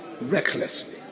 recklessly